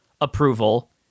approval